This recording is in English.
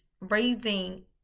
raising